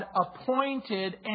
appointed